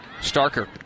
Starker